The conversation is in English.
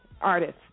artists